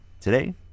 Today